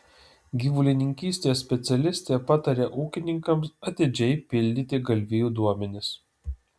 gyvulininkystės specialistė pataria ūkininkams atidžiai pildyti galvijų duomenis